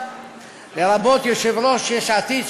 לרבות יושב-ראש יש עתיד,